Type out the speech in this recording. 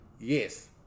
Yes